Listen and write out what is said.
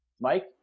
Mike